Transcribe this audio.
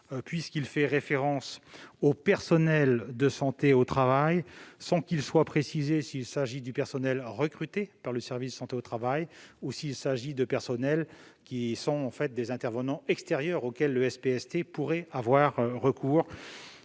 puisqu'il est fait référence au personnel de santé au travail, sans qu'il soit précisé s'il s'agit du personnel recruté par le service de prévention et de santé au travail ou d'intervenants extérieurs auxquels le SPST pourrait avoir recours.